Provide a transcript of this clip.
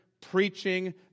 preaching